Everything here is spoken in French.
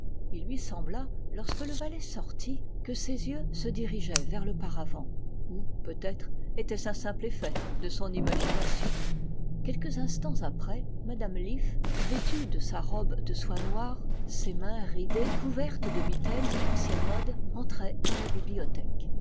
il lui sembla lorsque le valet sortit que ses yeux se dirigeaient vers le paravent ou peut-être était-ce un simple effet de son imagination quelques instants après m me leaf vêtue de sa robe de soie noire ses mains ridées couvertes de mitaines à l'ancienne mode entrait dans la bibliothèque